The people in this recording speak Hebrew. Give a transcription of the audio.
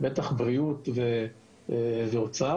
עם הבריאות והאוצר.